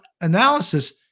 analysis